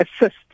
assist